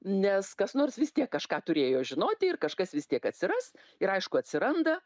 nes kas nors vis tiek kažką turėjo žinoti ir kažkas vis tiek atsiras ir aišku atsiranda